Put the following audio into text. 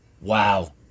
wow